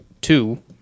two